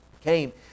came